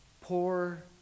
poor